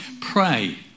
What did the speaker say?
pray